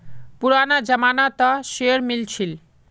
पुराना जमाना त शेयर मिल छील